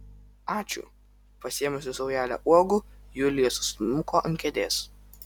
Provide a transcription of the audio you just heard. ačiū pasisėmusi saujelę uogų julija susmuko ant kėdės